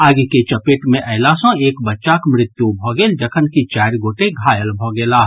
आगि के चपेट मे अयला सँ एक बच्चाक मृत्यु भऽ गेल जखनकि चारि गोटे घायल भऽ गेलाह